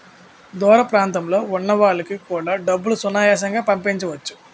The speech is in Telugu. దూర ప్రాంతంలో ఉన్న వాళ్లకు కూడా డబ్బులు సునాయాసంగా పంపించవచ్చు